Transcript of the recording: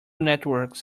networks